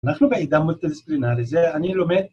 אנחנו בעידן מולטי דיסיפלינרי, זה אני לומד